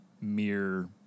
mere